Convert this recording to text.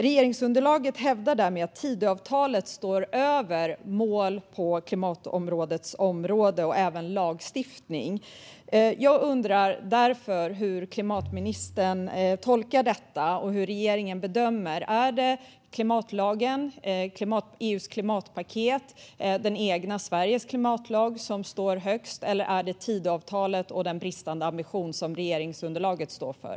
Regeringsunderlaget hävdar därmed att Tidöavtalet står över mål på klimatområdet och även över lagstiftning. Jag undrar därför hur klimatministern tolkar detta och hur regeringen bedömer det. Är det EU:s klimatpaket eller Sveriges egen klimatlag som står högst, eller är det Tidöavtalet och den bristande ambition som regeringsunderlaget står för?